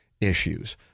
issues